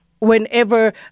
whenever